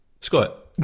Scott